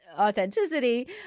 authenticity